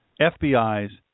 FBI's